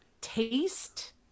taste